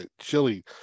chili